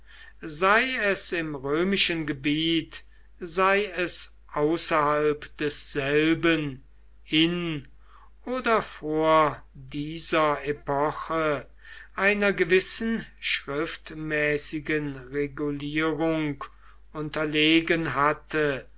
sei es im römischen gebiet sei es außerhalb desselben in oder vor dieser epoche einer gewissen schriftmäßigen regulierung unterlegen hatte